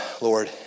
Lord